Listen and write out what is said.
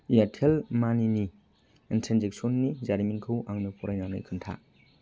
Airtel मानिनि इनट्रेन्जेकसननि जारिमिनखौ आंनो फरायनानै खोन्था